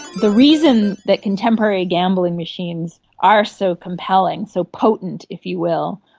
the reason that contemporary gambling machines are so compelling, so potent, if you will,